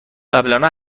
قبلنا